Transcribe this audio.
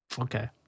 Okay